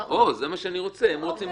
לטובת האמת שאפשר יהיה